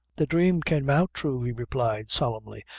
the dhrame came out thrue, he replied, solemnly.